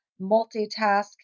multitask